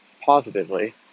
positively